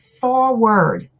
forward